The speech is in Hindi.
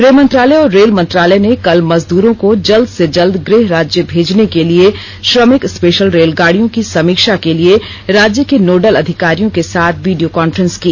गृह मंत्रालय और रेल मंत्रालय ने कल मजदूरों को जल्द से जल्द गृह राज्य भेजने के लिए श्रमिक स्पेशल रेलगाड़ियों की समीक्षा के लिए राज्य के नोडल अधिकारियों के साथ वीडियो कांफ्रेंस की